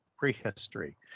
prehistory